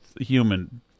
human